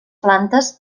plantes